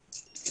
המקומיות.